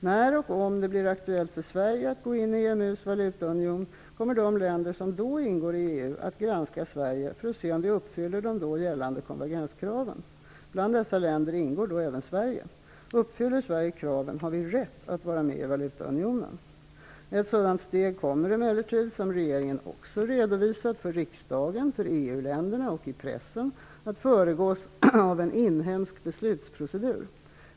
När och om det blir aktuellt för Sverige att gå in i EMU:s valutaunion kommer de länder som då ingår i EU att granska Sverige för att se om vi uppfyller de då gällande konvergenskraven. Bland dessa länder ingår då även Sverige. Uppfyller Sverige kraven har vi rätt att vara med i valutaunionen. Ett sådant steg kommer emellertid, som regeringen också redovisat för riksdagen, för EU-länderna och i pressen, att föregås av en inhemsk beslutsprocedur.